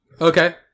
Okay